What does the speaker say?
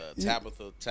Tabitha